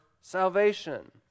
salvation